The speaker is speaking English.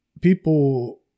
people